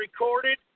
recorded